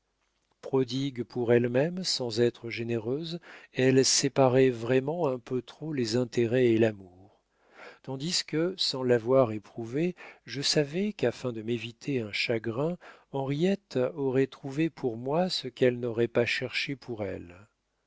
prodigue pour elle-même sans être généreuse elle séparait vraiment un peu trop les intérêts et l'amour tandis que sans l'avoir éprouvé je savais qu'afin de m'éviter un chagrin henriette aurait trouvé pour moi ce qu'elle n'aurait pas cherché pour elle